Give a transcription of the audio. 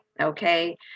okay